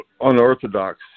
unorthodox